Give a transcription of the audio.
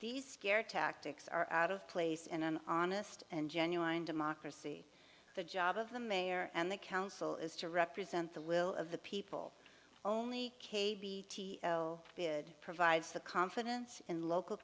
these scare tactics are out of place in an honest and genuine democracy the job of the mayor and the council is to represent the will of the people only bid provides the confidence in local